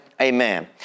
Amen